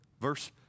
verse